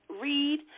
read